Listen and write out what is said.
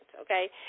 okay